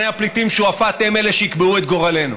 הפליטים שועפאט הם אלה שיקבעו את גורלנו.